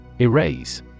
Erase